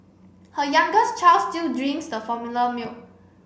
her youngest child still drinks the formula milk